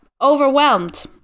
overwhelmed